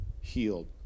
healed